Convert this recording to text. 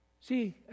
See